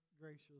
gracious